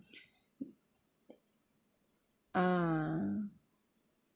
ah